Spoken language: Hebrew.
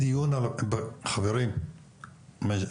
חברים,